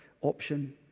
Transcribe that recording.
option